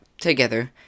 together